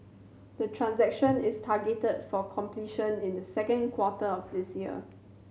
the transaction is targeted for completion in the second quarter of this year